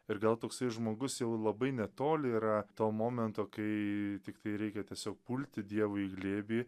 ir gal toksai žmogus jau labai netoli yra to momento kai tiktai reikia tiesiog pulti dievui į glėbį